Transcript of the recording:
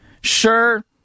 Sure